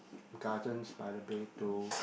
Gardens-by-the-Bay to